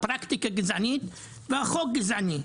הפרקטיקה גזענית והחוק גזעני.